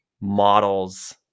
models